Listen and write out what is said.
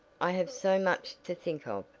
i have so much to think of,